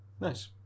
Nice